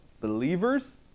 believers